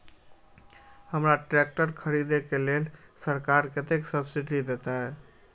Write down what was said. हमरा ट्रैक्टर खरदे के लेल सरकार कतेक सब्सीडी देते?